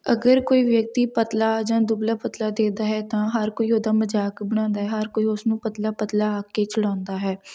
ਅਗਰ ਕੋਈ ਵਿਅਕਤੀ ਪਤਲਾ ਜਾਂ ਦੁਬਲਾ ਪਤਲਾ ਦੇਹ ਦਾ ਹੈ ਤਾਂ ਹਰ ਕੋਈ ਉਹਦਾ ਮਜ਼ਾਕ ਬਣਾਉਂਦਾ ਹਰ ਕੋਈ ਉਸਨੂੰ ਪਤਲਾ ਪਤਲਾ ਆਖ ਕੇ ਚਿੜਾਉਂਦਾ ਹੈ